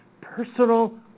personal